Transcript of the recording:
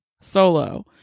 solo